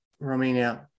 Romania